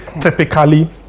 Typically